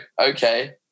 Okay